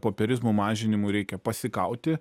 popierizmo mažinimu reikia pasikauti